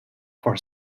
for